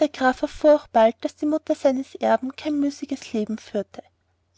der graf erfuhr auch bald daß die mutter seines erben kein müßiges leben führte